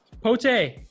Pote